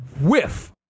whiff